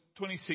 26